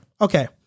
Okay